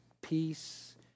peace